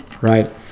right